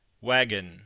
Wagon